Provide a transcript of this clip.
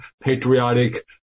patriotic